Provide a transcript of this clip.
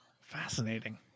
Fascinating